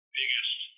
biggest